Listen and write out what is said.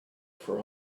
for